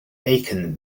aiken